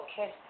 Okay